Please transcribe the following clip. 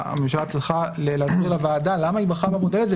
שהממשלה צריכה להסביר לוועדה למה היא בחרה במודל הזה,